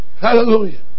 Hallelujah